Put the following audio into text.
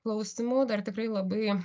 klausimų dar tikrai labai